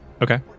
Okay